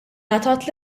ngħatat